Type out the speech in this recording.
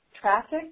traffic